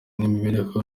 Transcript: imibereho